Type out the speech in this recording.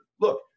look